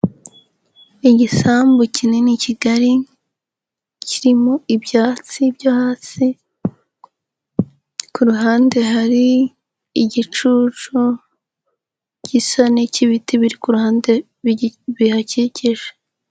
Igisambu kinini kigari, kirimo ibyatsi byo hasi. Ku ruhande hari igicucu gisa n'icy'ibiti biri ku ruhande bihakikije.